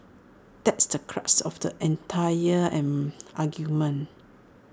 that's the crux of the entire argument